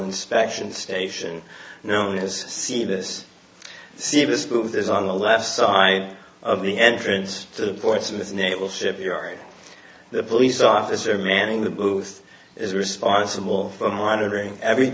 inspection station known as see this see this move is on the left side of the entrance to the portsmouth naval shipyard the police officer manning the booth is responsible for monitoring every